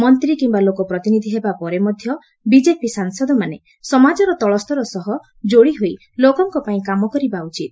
ମନ୍ତ୍ରୀ କିୟା ଲୋକପ୍ରତିନିଧି ହେବାପରେ ମଧ୍ୟ ବିଜେପି ସାଂସଦମାନେ ସମାଜର ତଳସ୍ତର ସହ ଯୋଡ଼ି ହୋଇ ଲୋକଙ୍କପାଇଁ କାମ କରିବା ଉଚିତ